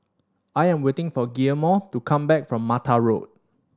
I am waiting for Guillermo to come back from Mata Road